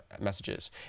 messages